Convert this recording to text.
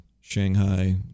Shanghai